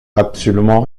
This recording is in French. absolument